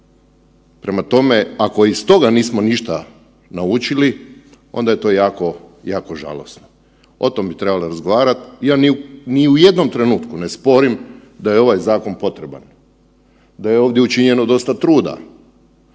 Prema tome, ako iz toga nismo ništa naučili onda je to jako, jako žalosno. O tom bi trebali razgovarat. Ja ni u jednom trenutku ne sporim da je ovaj zakon potreban, da je ovdje učinjeno dosta truda,